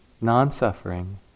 Non-suffering